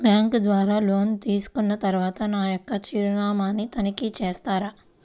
Bank ద్వారా loan తీసుకున్న తరువాత నా యొక్క చిరునామాని తనిఖీ చేస్తారా?